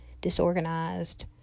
disorganized